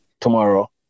tomorrow